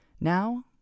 Now